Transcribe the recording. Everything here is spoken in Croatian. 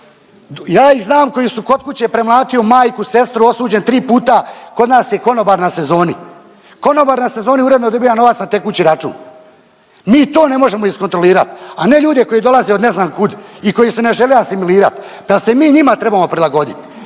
Ja ih znam koji su kod kuće premlatio majku, sestru, osuđen 3 puta kod nas je konobar na sezoni, konobar na sezoni i uredno dobiva novac na tekući račun. Mi to ne možemo iskontrolirati, a ne ljude koji dolaze od ne znam kud i koji se ne žele asimilirati, da se mi njima trebamo prilagodit,